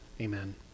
Amen